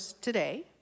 today